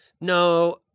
No